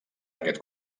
aquest